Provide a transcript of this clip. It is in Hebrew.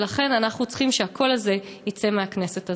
ולכן אנחנו צריכים שהקול הזה יצא מהכנסת הזאת.